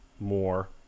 more